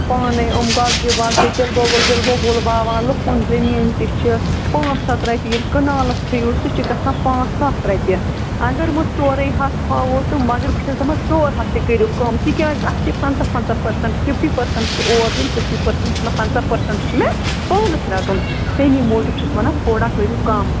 پانَے یِم گۄگجہِ وۄگجہِ تِلہٕ گۄگُل وِلہٕ گۄگُل وَوان لُکُن زٔمیٖن تہِ چھِ پانٛژھ ہَتھ رۄپیہِ ییٚلہِ کنالَس ہیِٚیِو سُہ چھُ گژھان پانٛژھ ساس رۄپیہِ اَگر وۅنۍ ژورَے ہَتھ تھاوَو تہٕ مَگر بہٕ چھَس دَپان ژور ہَتھ تہِ کٔرِو کَم تِکیٛازِ اَتھ چھِ پنٛژاہ پنٛژاہ پٔرسَنٹ فِفٹی پٔرسَنٹ چھِ اور دیُن فِفٹی پٔرسَنٹ مےٚ پنٛژاہ پٔرسَنٹ چھُ مےٚ پانَس رَٹُن تَمی موٗجوٗب چھُس وَنان تھوڑا کٔرِو کَم